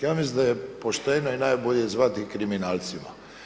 Ja mislim da je pošteno i najbolje zvati ih kriminalcima.